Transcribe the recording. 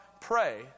pray